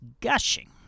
gushing